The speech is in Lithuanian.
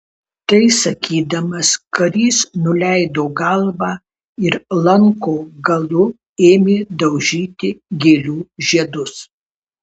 tai sakydamas karys nuleido galvą ir lanko galu ėmė daužyti gėlių žiedus